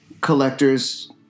collector's